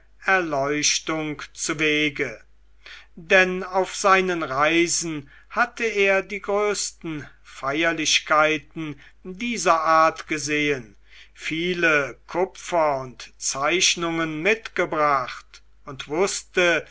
erleuchtung zuwege denn auf seinen reisen hatte er die größten feierlichkeiten dieser art gesehen viele kupfer und zeichnungen mitgebracht und wußte